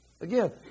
Again